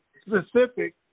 specific